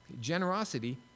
Generosity